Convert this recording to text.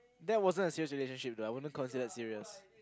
that wasn't a serious relationship tough I wouldn't consider it serious